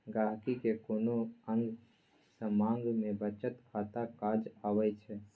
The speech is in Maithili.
गांहिकी केँ कोनो आँग समाँग मे बचत खाता काज अबै छै